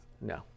No